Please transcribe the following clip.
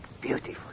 beautiful